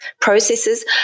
processes